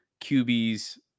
QB's